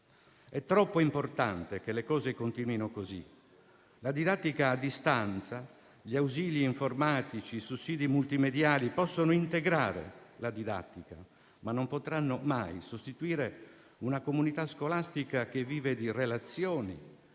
È troppo importante che le cose continuino così. La didattica a distanza, gli ausili informatici, i sussidi multimediali possono integrare la didattica, ma non potranno mai sostituire una comunità scolastica che vive di relazioni,